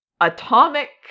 atomic